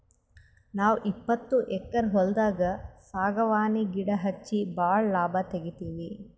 ನಾವ್ ಇಪ್ಪತ್ತು ಎಕ್ಕರ್ ಹೊಲ್ದಾಗ್ ಸಾಗವಾನಿ ಗಿಡಾ ಹಚ್ಚಿ ಭಾಳ್ ಲಾಭ ತೆಗಿತೀವಿ